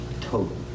total